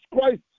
Christ